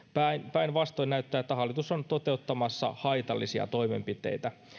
päinvastoin näyttää että hallitus on toteuttamassa haitallisia toimenpiteitä